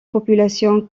populations